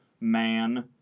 man